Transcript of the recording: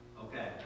Okay